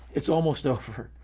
it's almost over.